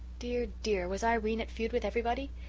dear, dear, was irene at feud with everybody?